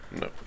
No